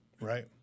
Right